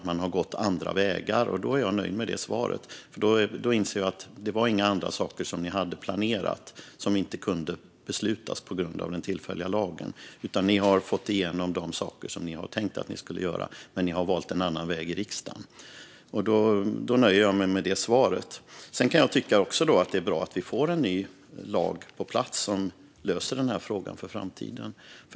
Man har gått andra vägar, säger hon, och då är jag nöjd med det svaret. Det var alltså inga andra saker som ni hade planerat men som inte kunde beslutas på grund av den tillfälliga lagen. Ni har fått igenom de saker som ni hade tänkt att ni skulle göra, men ni har valt en annan väg i riksdagen. Jag nöjer mig med det svaret. Sedan kan jag också tycka att det är bra att vi får en ny lag på plats som löser denna fråga för framtiden.